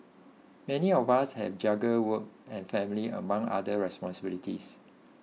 many of us have juggle work and family among other responsibilities